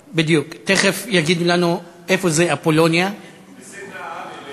3346, 3352, 3378, 3389